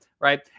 right